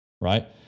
right